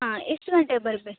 ಹಾಂ ಎಷ್ಟು ಗಂಟೆಗೆ ಬರ್ಬೇಕ್